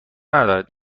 ندارد